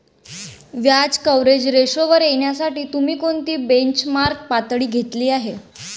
व्याज कव्हरेज रेशोवर येण्यासाठी तुम्ही कोणती बेंचमार्क पातळी घेतली आहे?